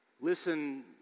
Listen